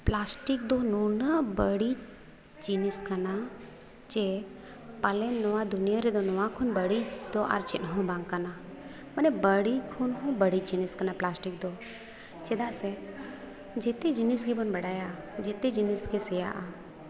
plastic ᱫᱚ ᱱᱩᱱᱟᱹᱜ ᱵᱟᱹᱲᱤᱡ ᱡᱤᱱᱤᱥ ᱠᱟᱱᱟ ᱡᱮ ᱯᱟᱞᱮᱱ ᱱᱚᱣᱟ ᱫᱩᱱᱤᱭᱟᱹ ᱨᱮᱫᱚ ᱱᱚᱣᱟ ᱠᱷᱚᱱ ᱵᱟᱹᱲᱤᱡ ᱫᱚ ᱟᱨ ᱪᱮᱫ ᱦᱚᱸ ᱵᱟᱝ ᱠᱟᱱᱟ ᱢᱟᱱᱮ ᱵᱟᱹᱲᱤᱡ ᱠᱷᱚᱱ ᱦᱚᱸ ᱵᱟᱹᱲᱤᱡ ᱡᱤᱱᱤᱥ ᱠᱟᱱᱟ ᱯᱞᱟᱥᱴᱤᱠ ᱫᱚ ᱪᱮᱫᱟᱜ ᱥᱮ ᱡᱚᱛᱚ ᱡᱤᱱᱤᱥ ᱜᱮᱵᱚᱱ ᱵᱟᱰᱟᱭᱟ ᱡᱮᱛᱮ ᱡᱤᱱᱤᱥ ᱜᱮ ᱥᱮᱭᱟᱜᱼᱟ